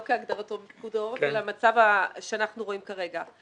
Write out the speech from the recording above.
לא כהגדרתו בפקודות אלא המצב שאנחנו רואים כרגע.